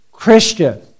Christian